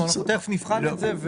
אנחנו תכף נבחן את זה.